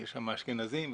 יש שם אשכנזים וספרדים,